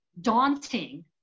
daunting